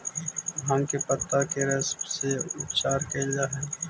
भाँग के पतत्ता के रस से उपचार कैल जा हइ